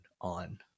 on